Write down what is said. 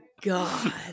God